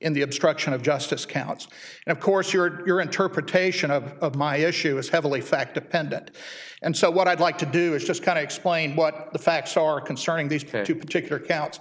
in the obstruction of justice counts and of course your your interpretation of my issue is heavily fact dependent and so what i'd like to do is just kind of explain what the facts are concerning these two particular counts